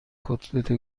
کتلت